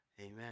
Amen